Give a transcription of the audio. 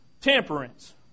temperance